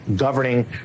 governing